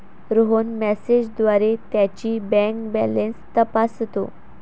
रोहन मेसेजद्वारे त्याची bank balance तपासतो